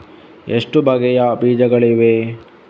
ಎಷ್ಟು ಬಗೆಯ ಬೀಜಗಳಿವೆ?